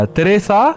Teresa